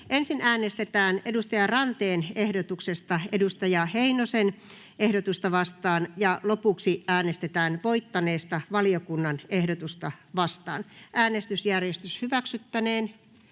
Ensin äänestetään Lulu Ranteen ehdotuksesta Timo Heinosen ehdotusta vastaan, ja lopuksi äänestetään voittaneesta valiokunnan ehdotusta vastaan. [Speech 5] Speaker: